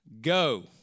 go